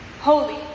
holy